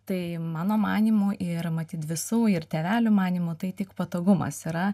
tai mano manymu ir matyt visų ir tėvelių manymu tai tik patogumas yra